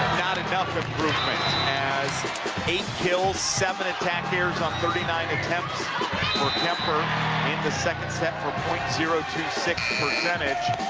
not enough improvement as eight kills, seven attack errors on thirty nine attempts for kuemper in the second set for point zero two six percentage.